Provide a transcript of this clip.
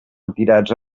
retirats